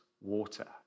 water